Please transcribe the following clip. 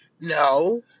No